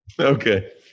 Okay